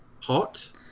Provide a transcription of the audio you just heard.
Hot